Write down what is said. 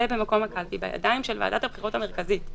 במקום הקלפי בידיים של ועדת הבחירות המרכזית.